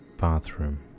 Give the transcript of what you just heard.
bathroom